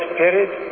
Spirit